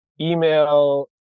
email